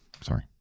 Sorry